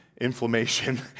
inflammation